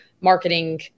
marketing